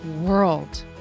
world